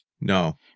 no